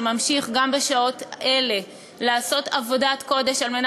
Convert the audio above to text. שממשיך גם בשעות אלה לעשות עבודת קודש כדי